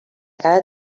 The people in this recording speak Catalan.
cada